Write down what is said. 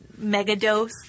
megadose